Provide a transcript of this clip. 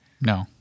No